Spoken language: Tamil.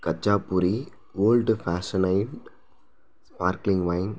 கட்சா பூரி ஓல்டு பேஷனேட் ஸ்பார்க்ளிங்க் ஒய்ன்